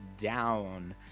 down